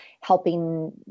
helping